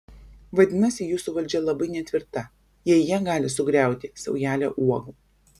vadinasi jūsų valdžia labai netvirta jei ją gali sugriauti saujelė uogų